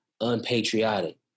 unpatriotic